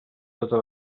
tota